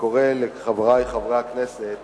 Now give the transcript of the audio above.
וקורא לחברי חברי הכנסת